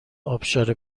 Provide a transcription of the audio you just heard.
ابشار